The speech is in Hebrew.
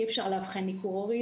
אי אפשר לאבחן ניכור הורי,